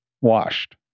washed